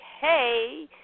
hey